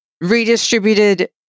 redistributed